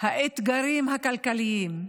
האתגרים הכלכליים,